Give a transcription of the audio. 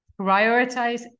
prioritize